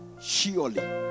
surely